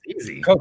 Easy